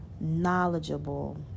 knowledgeable